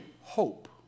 hope